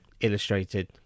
illustrated